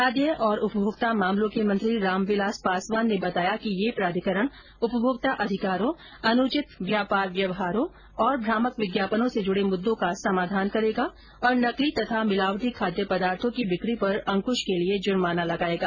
खाद्य और उपमोक्ता मामलों के मंत्री रामविलास पासवान ने बताया कि यह प्राधिकरण उपमोक्ता अधिकारों अनुचित व्यापार व्यवहारों और भ्रामक विज्ञापनों से जुडे मुद्दों का समाधान करेगा तथा नकली और मिलावटी खाद्य पदार्थो की बिकी पर अंक्श के लिए जूर्माना लगायेगा